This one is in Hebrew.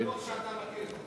אני בטוח שאתה מכיר את החוק.